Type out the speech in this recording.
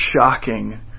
shocking